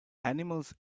animals